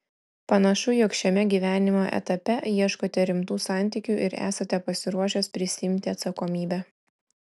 panašu jog šiame gyvenimo etape ieškote rimtų santykių ir esate pasiruošęs prisiimti atsakomybę